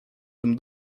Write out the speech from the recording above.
tym